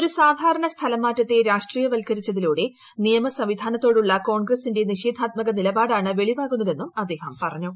ഒരു സാധാരണ സ്ഥലംമാറ്റത്തെ രാഷ്ട്രീയവൽക്കരിച്ചതിലൂടെ നിയമ സംവിധാനത്തോടുള്ള കോൺഗ്രസിന്റെ നിഷേധാത്മക നിലപാടാണ് വെളിവാകുന്നതെന്നും അദ്ദേഹം പറഞ്ഞു